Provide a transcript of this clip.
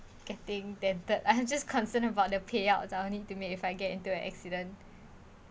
getting dented I just concerned about the payouts I only to make if I get into an accident